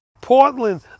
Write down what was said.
Portland